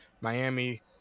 Miami